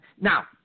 now